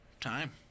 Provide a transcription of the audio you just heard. Time